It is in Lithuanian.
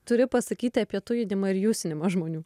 turi pasakyti apie tujinimą ir jusinimą žmonių